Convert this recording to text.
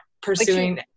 pursuing